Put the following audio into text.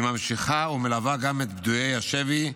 היא ממשיכה ומלווה גם את פדויי השבי,